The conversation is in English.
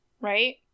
right